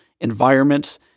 environments